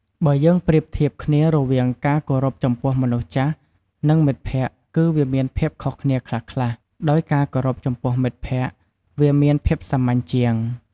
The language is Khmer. បើយើងប្រៀបធៀបគ្នារវាងការគោរពចំពោះមនុស្សចាស់ នឹង មិត្តភក្តិគឺវាមានភាពខុសគ្នាខ្លះៗ ដោយការគោរពចំពោះមិត្តភក្តិវាមានភាពសាមញ្ញជាង។